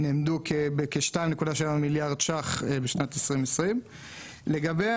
הן נאמדו בכ-2.7 מיליארד ₪ בשנת 2020. לגבי